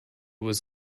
was